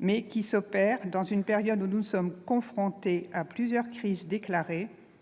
mais qui s'opère dans une période où nous sommes confrontés à plusieurs crises déclarées,